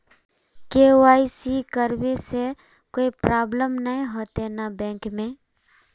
KYC करबे से कोई प्रॉब्लम नय होते न बैंक में?